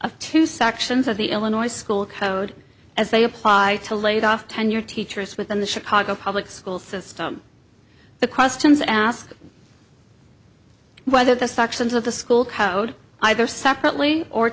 of two sections of the illinois school code as they applied to laid off tenured teachers within the chicago public school system the questions asked whether the sections of the school code either separately or